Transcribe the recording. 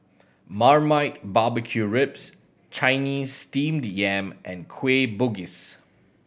marmite barbecue ribs Chinese Steamed Yam and Kueh Bugis